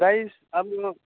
price अब